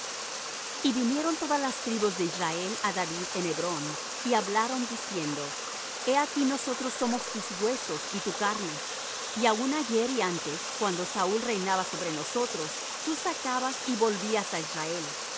y vinieron todas las tribus de israel á david en hebrón y hablaron diciendo he aquí nosotros somos tus huesos y tú carne y aun ayer y antes cuando saúl reinaba sobre nosotros tú sacabas y volvías á israel